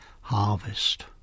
harvest